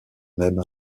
même